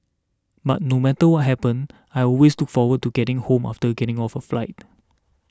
but no matter what happen I always took forward to getting home after getting off a flight